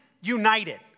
united